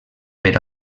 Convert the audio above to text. per